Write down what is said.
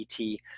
ET